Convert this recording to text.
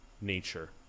nature